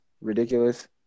ridiculous